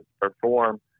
perform